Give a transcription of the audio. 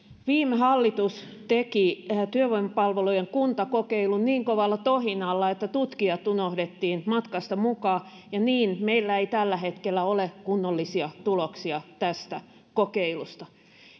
viime hallitus teki työvoimapalvelujen kuntakokeilun niin kovalla tohinalla että tutkijat unohdettiin matkasta mukaan ja niin meillä ei tällä hetkellä ole kunnollisia tuloksia tästä kokeilusta